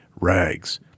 rags